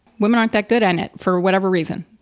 women aren't that good at it for whatever reason.